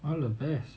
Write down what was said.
all the best